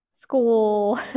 school